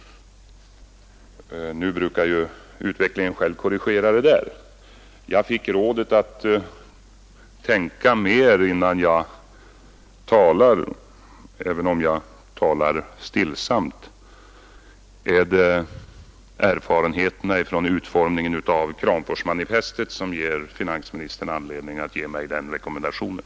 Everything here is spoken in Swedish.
Utvecklingen själv brukar ju korrigera det där. Finansministern gav mig rådet att tänka mig för innan jag talar. Själv tycker jag att jag talar stillsamt. Är det erfarenheterna från utformningen av Kramforsmanifestet som ger finansministern anledning att ge mig den rekommendationen?